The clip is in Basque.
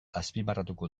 azpimarratuko